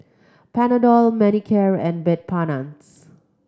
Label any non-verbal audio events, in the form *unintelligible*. Panadol Manicare and *unintelligible*